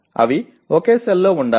అవి ఒకే సెల్లో ఉండాలి